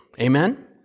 Amen